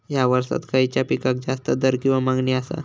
हया वर्सात खइच्या पिकाक जास्त दर किंवा मागणी आसा?